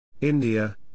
India